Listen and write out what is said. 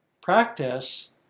practice